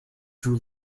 threw